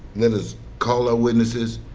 let us call our witnesses,